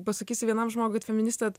pasakysiu vienam žmogui kad feministė